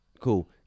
cool